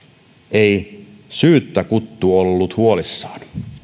ei syyttä kuttu ollut huolissaan